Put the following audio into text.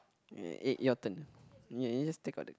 your turn yea you just take out the